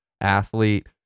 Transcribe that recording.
athlete